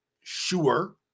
sure